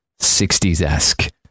60s-esque